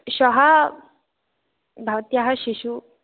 श्वः भवत्याः शिशुः